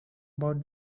about